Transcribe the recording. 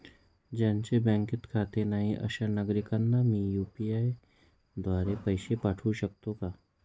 ज्यांचे बँकेत खाते नाही अशा नागरीकांना मी यू.पी.आय द्वारे पैसे पाठवू शकतो का?